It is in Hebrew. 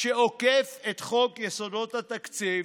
שעוקף את חוק יסודות התקציב.